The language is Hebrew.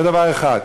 זה דבר אחד.